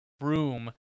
room